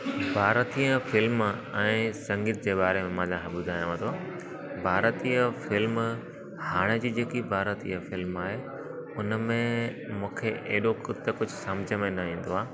भारतीय फिल्म ऐं संगीत जे ॿारे में मां तव्हां खे ॿुधायांव थो भारतीय फिल्म हाणे जी जेकी भारतीय फिल्म आहे उनमें मूंखे एॾो कुझु त सम्झि में न ईंदो आहे